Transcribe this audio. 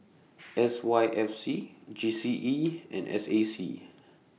S Y F C G C E and S A C